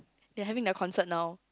they're having their concert now